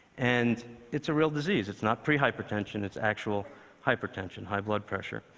and it's a real disease. it's not pre-hypertension, it's actual hypertension, high blood pressure.